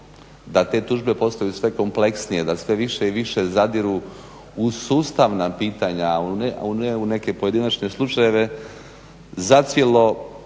da te tužbe postaju sve kompleksnije, da sve više i više zadiru u sustavna pitanja, a ne u neke pojedinačne slučajeve zacijelo